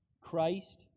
Christ